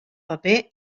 paper